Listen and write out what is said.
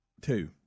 Two